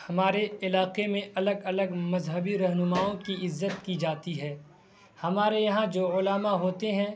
ہمارے علاقے میں الگ الگ مذہبی رہنماؤں کی عزت کی جاتی ہے ہمارے یہاں جو علما ہوتے ہیں